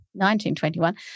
1921